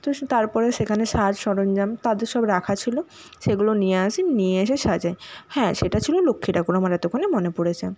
তো সে তারপরে সেখানে সাজ সরঞ্জাম তাদের সব রাখা ছিল সেগুলো নিয়ে আসি নিয়ে এসে সাজাই হ্যাঁ সেটা ছিল লক্ষ্মী ঠাকুর আমার এতক্ষণে মনে পড়েছে